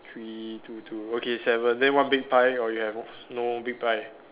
three two two okay seven then one big pie or you have no big pie